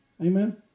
Amen